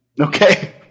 Okay